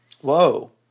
Whoa